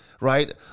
right